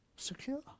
secure